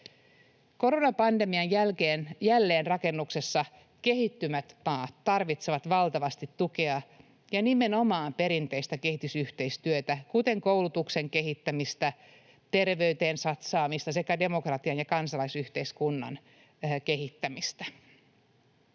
Koronapandemian jälkeen jälleenrakennuksessa kehittyvät maat tarvitsevat valtavasti tukea ja nimenomaan perinteistä kehitysyhteistyötä, kuten koulutuksen kehittämistä, terveyteen satsaamista sekä demokratian ja kansalaisyhteiskunnan kehittämistä.